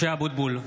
(קורא בשמות חברי הכנסת) משה אבוטבול,